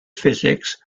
physics